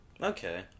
okay